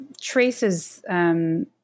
traces